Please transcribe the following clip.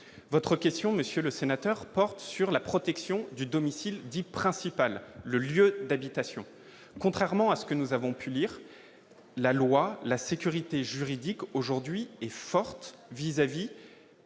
votre question, Monsieur le Sénateur, porte sur la protection du domicile dit principal le lieu d'habitation, contrairement à ce que nous avons pu lire la loi la sécurité juridique aujourd'hui est forte vis-à-vis